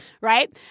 right